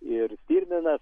ir stirninas